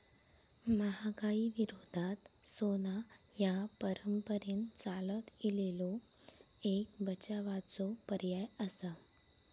महागाई विरोधात सोना ह्या परंपरेन चालत इलेलो एक बचावाचो पर्याय आसा